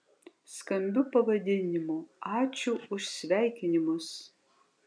skambiu pavadinimu ačiū už sveikinimus